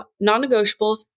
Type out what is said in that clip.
non-negotiables